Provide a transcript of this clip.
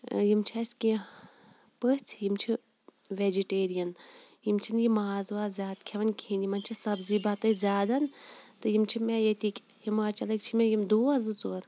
یِم چھِ اَسہِ کینٛہہ پٔژھ یِم چھِ ویٚجِٹیریَن یِم چھِنہٕ یہِ ماز واز زیادٕ کھیٚوان کِہِنۍ یِمَن چھِ سَبزی بَتَے زیادَن تہٕ یِم چھِ مےٚ ییٚتہِ کٮ۪ن ہِماچَلٕکۍ چھِ مےٚ یِم دوس زٕ ژور